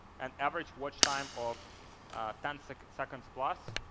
an average watch time of ten so like seconds plus.